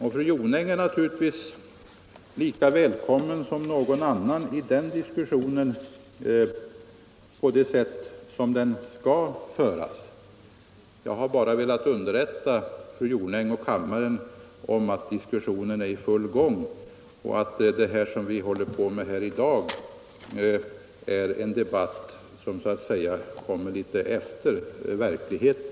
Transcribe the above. Fru Jonäng är naturligtvis lika välkommen som någon annan att delta i den diskussionen på det sätt som den skall föras. Jag har bara velat underrätta fru Jonäng och kammarens ledamöter om att diskussionen är i full gång och att den debatt som vi för i dag så att säga ligger litet efter verkligheten.